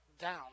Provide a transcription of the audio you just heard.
down